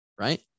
right